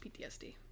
PTSD